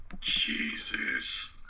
Jesus